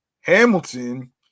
Hamilton